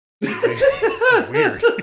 Weird